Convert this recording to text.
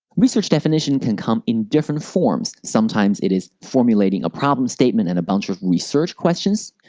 research definition can come in different forms, sometimes it is formulating a problem statement and a bunch of research questions,